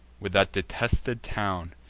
with that detested town.